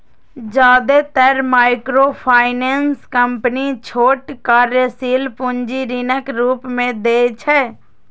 जादेतर microfinance company छोट कार्यशील पूंजी ऋणक रूप मे दै छै